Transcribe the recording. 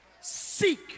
seek